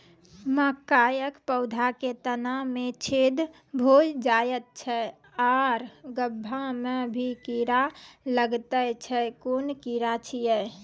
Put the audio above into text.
मकयक पौधा के तना मे छेद भो जायत छै आर गभ्भा मे भी कीड़ा लागतै छै कून कीड़ा छियै?